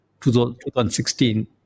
2016